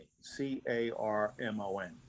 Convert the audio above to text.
C-A-R-M-O-N